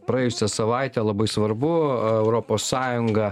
praėjusią savaitę labai svarbu europos sąjunga